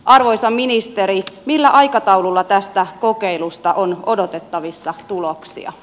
arvoisa ministeri millä aikataululla tästä kokeilusta on odotettavissa tuloksia